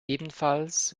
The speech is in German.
ebenfalls